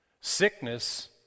Sickness